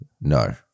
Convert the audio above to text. No